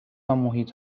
ومحیط